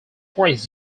points